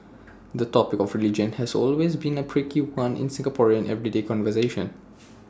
the topic of religion has always been A prickly one in Singaporean everyday conversation